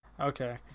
Okay